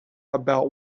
about